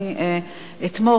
אני אתמוך.